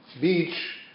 beach